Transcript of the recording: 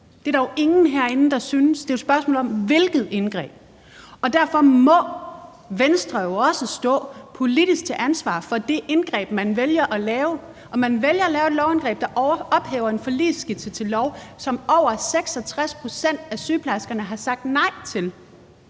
er der jo ingen herinde der synes. Det er jo et spørgsmål om hvilket indgreb, og derfor må Venstre jo også stå politisk til ansvar for det indgreb, man vælger at lave. Og man vælger at lave et lovindgreb, der ophæver en forligsskitse til lov, som over 66 pct. af sygeplejerskerne har sagt nej til,